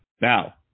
Now